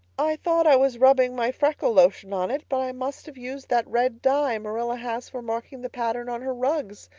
i thought i was rubbing my freckle lotion on it, but i must have used that red dye marilla has for marking the pattern on her rugs,